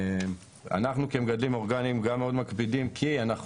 אנחנו כמגדלים אורגניים גם מאוד מקפידים כי אנחנו